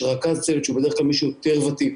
יש רכז צוות שהוא בדרך כלל מישהו יותר ותיק